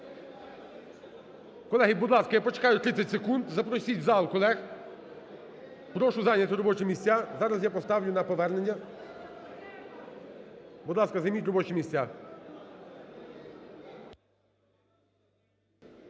Колеги, будь ласка, я почекаю 30 секунд, запросіть в зал колег. Прошу зайняти робочі місця. Зараз я поставлю на повернення. Будь ласка, займіть робочі місця.